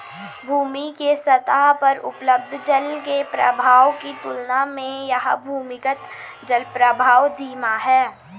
भूमि के सतह पर उपलब्ध जल के प्रवाह की तुलना में यह भूमिगत जलप्रवाह धीमा है